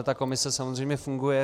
Tahle komise samozřejmě funguje.